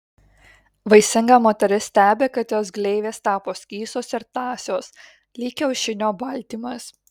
vaisinga moteris stebi kad jos gleivės tapo skystos ir tąsios lyg kiaušinio baltymas